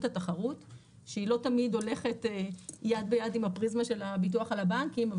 התחרות שהיא לא תמיד הולכת יד ביד עם הפריזמה של הפיקוח על הבנקים,